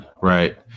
Right